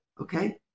Okay